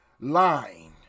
lying